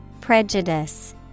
Prejudice